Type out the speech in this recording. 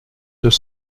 deux